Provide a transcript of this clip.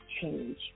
change